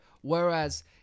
Whereas